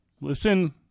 Listen